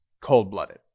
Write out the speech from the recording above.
cold-blooded